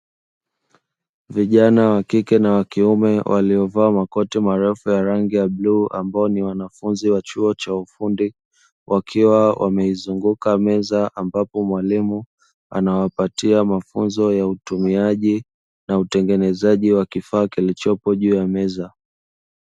Vijana wa kike na wa kiume waliovaa makote maelfu ya rangi ya bluu ambayo ni wanafunzi wa chuo cha ufundi wakiwa wamezunguka meza ambapo mwalimu anawapatia mafunzo ya utumiaji na utengenezaji wa kifaa kilichopo juu ya meza.